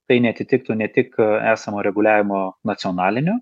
tai neatitiktų ne tik esamo reguliavimo nacionaliniu